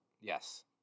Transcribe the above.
yes